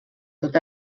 tot